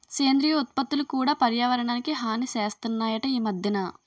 సేంద్రియ ఉత్పత్తులు కూడా పర్యావరణానికి హాని సేస్తనాయట ఈ మద్దెన